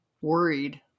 worried